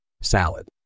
Salad